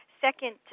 Second